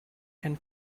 can